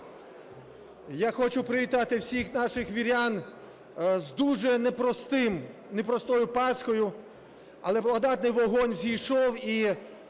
Я хочу привітати всіх наших вірян з дуже непростим, непростою Пасхою! Але Благодатний вогонь зійшов, і